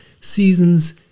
seasons